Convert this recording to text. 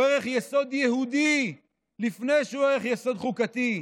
הוא ערך יסוד יהודי לפני שהוא ערך יסוד חוקתי.